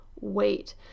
wait